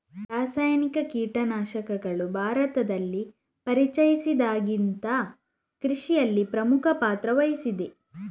ರಾಸಾಯನಿಕ ಕೀಟನಾಶಕಗಳು ಭಾರತದಲ್ಲಿ ಪರಿಚಯಿಸಿದಾಗಿಂದ ಕೃಷಿಯಲ್ಲಿ ಪ್ರಮುಖ ಪಾತ್ರ ವಹಿಸಿದೆ